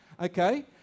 Okay